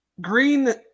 Green